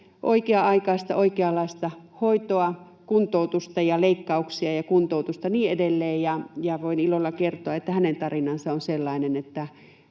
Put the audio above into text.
oikea-aikaista, oikeanlaista hoitoa, kuntoutusta ja leikkauksia ja niin edelleen, ja voin ilolla kertoa, että hänen tarinansa on sellainen,